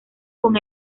con